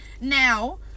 Now